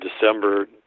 December